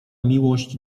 miłość